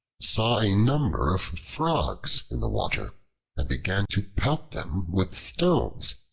saw a number of frogs in the water and began to pelt them with stones.